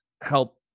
help